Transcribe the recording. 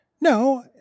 no